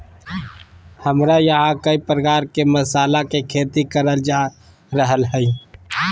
हमरा यहां कई प्रकार के मसाला के खेती करल जा रहल हई